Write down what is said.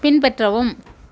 பின்பற்றவும்